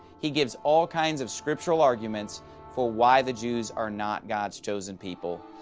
he gives all kinds of scriptural arguments for why the jews are not god's chosen people,